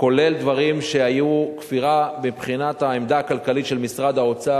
כולל דברים שהיו כפירה מבחינת העמדה הכלכלית של משרד האוצר.